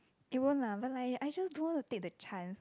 it won't lah but I I just don't want to take the chance